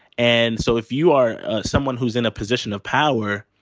and so if you are someone who is in a position of power,